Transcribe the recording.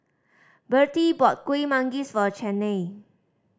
Bertie bought Kuih Manggis for Chaney